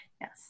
Yes